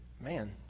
man